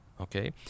Okay